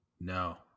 No